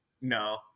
no